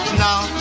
now